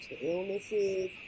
illnesses